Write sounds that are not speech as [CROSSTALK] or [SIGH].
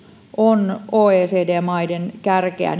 on oecd maiden kärkeä [UNINTELLIGIBLE]